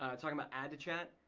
ah talkin' about ad to chat.